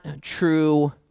true